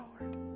Lord